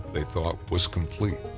they thought, was complete.